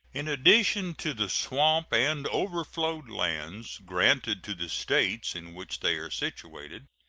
in addition to the swamp and overflowed lands granted to the states in which they are situated,